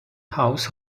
house